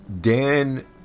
Dan